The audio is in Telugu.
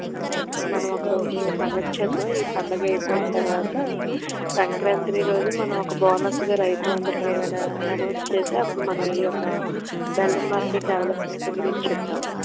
అయితే అక్కడ ఒక్కరోజు కండక్ట్ చేద్దాము ఈ పండగ అయిపోయిన తరువాత సంక్రాంతి రోజు ఒక బోనస్గా రైతులందరికీ ఏవైనా అనౌన్స్ చేసి అప్పుడు మనం ఈయొక్క బెల్లం మార్కెట్ డెవలప్మెంట్ గురించి చెప్దాము